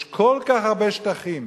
יש כל כך הרבה שטחים,